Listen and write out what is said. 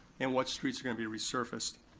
and what streets are gonna be resurfaced.